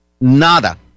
nada